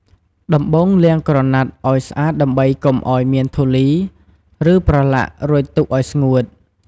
ដំបូងលាងក្រណាត់ អោយស្អាតដើម្បីកុំអោយមានធូលី ឬប្រឡាក់ រួចទុកអោយស្ងួត។